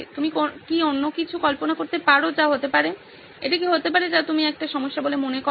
তুমি কি অন্য কিছু কল্পনা করতে পারো যা হতে পারে এটি কি হতে পারে যা তুমি একটি সমস্যা বলে মনে করো